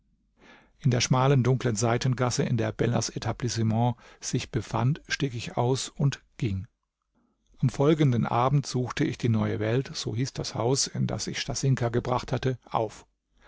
in der schmalen dunklen seitengasse in der bellers etablissement sich befand stieg ich aus und ging am folgenden abend suchte ich die neue welt so hieß das haus in das ich stasinka gebracht hatte auf